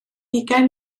ugain